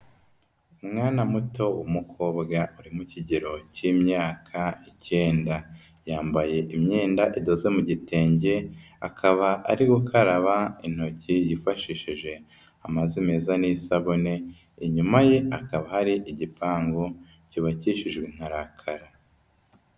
Umwana muto w'umukobwa uri mu kigero cy'imyaka icyenda, yambaye imyenda idoze mu gitenge, akaba ari gukaraba intoki yifashishije amazi meza n'isabune, inyuma ye hakaba hari igipangu cyubakishijwe inkarakara.